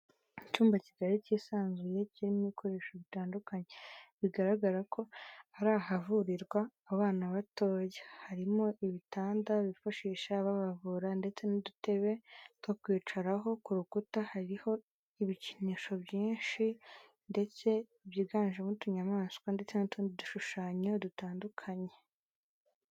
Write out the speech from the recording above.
Icyumba kigari kisanzuye kirimo ibikoresho bitandukanye bigaragara ko ari ahavurirwa abana batoya, harimo ibitanda bifashisha babavura ndetse n'udutebe two kwicaraho ku rukuta hariho ibikinisho byinshi ndetse byiganjemo utunyamaswa ndetse n'utundi dushushanyo dutandukanye.